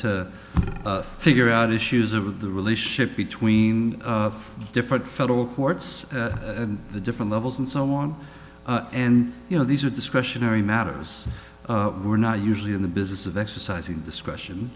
to figure out issues of the relationship between different federal courts and the different levels and so on and you know these are discretionary matters we're not usually in the business of exercising discretion